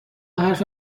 حرف